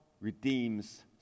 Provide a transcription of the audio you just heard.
redeems